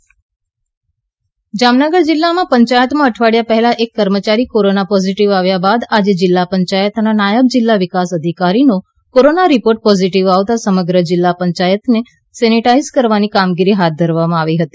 Jamnagar corona Jamnagar જિલ્લા પંચાયતમાં અઠવાડીયા પહેલા એક કર્મચારી કોરોના પોઝિટિવ આવ્યા બાદ આજે જિલ્લા પંચાયતના નાયબ જિલ્લા વિકાસ અધિકારીનો કોરોના રિપોર્ટ પોઝિટિવ આવતા સમગ્ર જિલ્લા પંચાયતને સેનેટાઈઝ કરવાની કામગીરી હાથ ધરવામાં આવી હતી